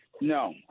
No